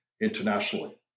internationally